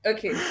Okay